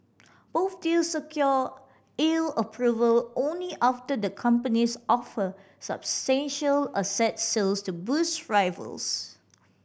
both deals secured E U approval only after the companies offered substantial asset sales to boost rivals